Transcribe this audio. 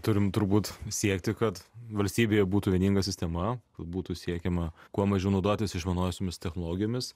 turime turbūt siekti kad valstybėje būtų vieninga sistema būtų siekiama kuo mažiau naudotis išmaniosiomis technologijomis